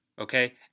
okay